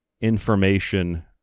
information